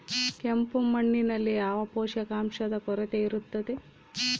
ಕೆಂಪು ಮಣ್ಣಿನಲ್ಲಿ ಯಾವ ಪೋಷಕಾಂಶದ ಕೊರತೆ ಇರುತ್ತದೆ?